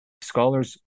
Scholars